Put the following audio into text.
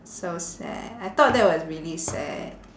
so sad I thought that was really sad